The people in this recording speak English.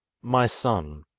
my son,